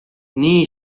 nii